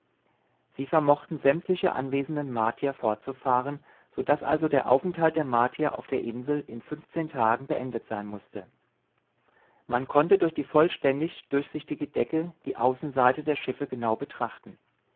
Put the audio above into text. sie vermochten sämtliche anwesende martier fortzufahren so daß also der aufenthalt der martier auf der insel in fünfzehn tagen beendet sein mußte man konnte durch die vollständig durchsichtige decke die außenseite der schiffe genau betrachten